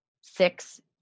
six